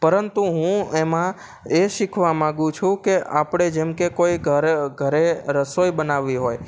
પરંતુ હું એમાં એ શીખવા માંગુ છું કે આપણે જેમકે કોઈ ઘરે ઘ ઘરે રસોઈ બનાવવી હોય